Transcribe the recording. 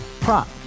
Prop